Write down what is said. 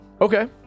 Okay